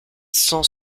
cent